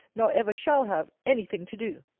nor ever shall have, any thing to do.